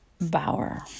Bauer